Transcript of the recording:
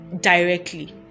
directly